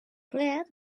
plead